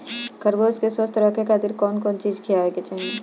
खरगोश के स्वस्थ रखे खातिर कउन कउन चिज खिआवे के चाही?